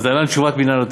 להלן תשובת ועדת